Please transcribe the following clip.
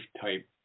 type